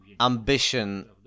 ambition